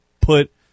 put